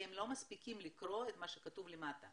הם לא מספיקים לקרוא את מה שכתוב למטה,